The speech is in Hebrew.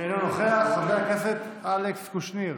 אינו נוכח, חבר הכנסת אלכס קושניר,